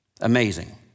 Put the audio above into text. Amazing